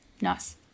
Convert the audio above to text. Nice